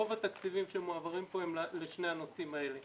רוב התקציבים שמועברים פה הם לשני הנושאים האלה.